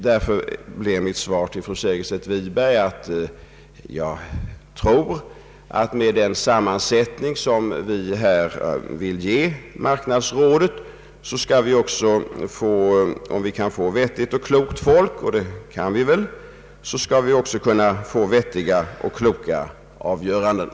Därför blir mitt svar till fru Segerstedt Wiberg: Med den sammansättning som vi vill ge marknadsrådet tror jag att om vi kan få vettigt och klokt folk — och det bör vi väl kunna få — så skall vi väl också kunna få vettiga och kloka avgöranden.